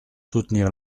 soutenir